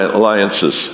Alliances